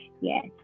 Yes